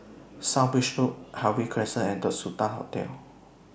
South Bridge Road Harvey Crescent and The Sultan Hotel